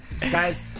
guys